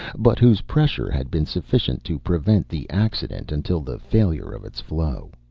but whose pressure had been sufficient to prevent the accident until the failure of its flow.